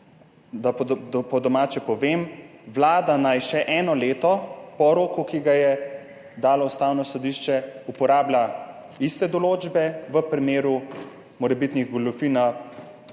Da po domače povem: Vlada naj še eno leto po roku, ki ga je dalo Ustavno sodišče, uporablja iste določbe v primeru morebitnih goljufij